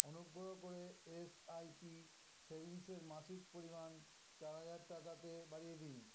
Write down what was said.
অনুগ্রহ করে S I P সেভিংসের মাসিক পরিমাণ চার হাজার টাকাতে বাড়িয়ে দিন